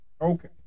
Okay